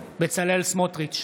בצלאל סמוטריץ'